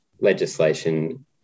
legislation